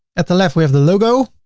at the left, we have the logo.